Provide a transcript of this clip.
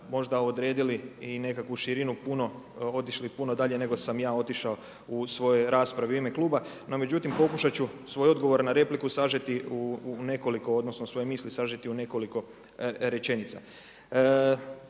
možda odredili i nekakvu širinu, otišli puno dalje nego sam ja otišao u svoj raspravi u ime kluba. No međutim pokušat ću svoj odgovor na repliku sažeti u nekoliko rečenica. Istina je da je ovaj